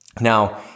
Now